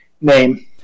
name